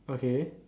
okay